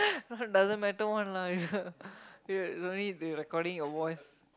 not doesn't matter one lah ya wait only they recording your voice